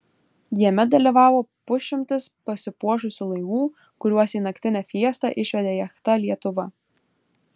jame dalyvavo pusšimtis pasipuošusių laivų kuriuos į naktinę fiestą išvedė jachta lietuva